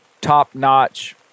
top-notch